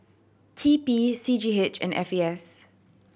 T P C G H and F A S